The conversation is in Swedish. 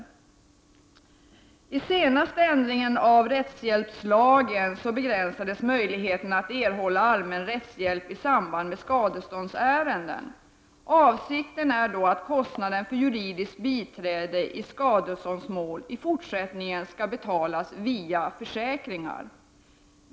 Genom den senaste ändringen av rättshjälpslagen begränsades möjligheten att erhålla allmän rättshjälp i samband med skadeståndsärenden. Avsikten är att kostnaden för juridiskt biträde i skadeståndsmål i fortsättningen skall betalas via försäkringar.